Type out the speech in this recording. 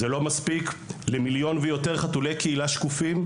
זה לא מספיק למיליון ויותר חתולי קהילה שקופים,